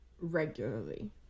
regularly